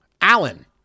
Allen